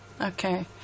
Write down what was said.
Okay